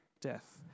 death